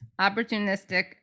Opportunistic